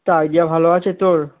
তা আইডিয়া ভালো আছে তোর